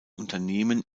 unternehmen